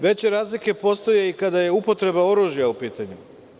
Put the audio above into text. Veće razlike postoje i kada je upotreba oružja u pitanju.